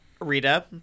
rita